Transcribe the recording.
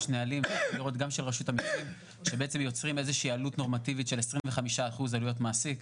יש נהלים של רשות המיסים שיוצרים עלות נורמטיבית של 25% עלויות מעסיק.